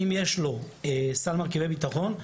אם יש לו סל מרכיבי ביטחון.